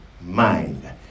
mind